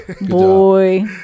boy